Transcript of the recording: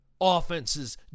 offenses